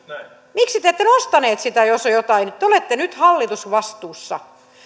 miksi te ette nostaneet sitä jos on jotain te olette nyt hallitusvastuussa